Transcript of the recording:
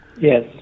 Yes